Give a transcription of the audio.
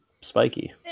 spiky